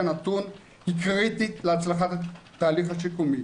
נתון הוא קריטית להצלחת התהליך השיקומי,